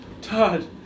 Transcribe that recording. Todd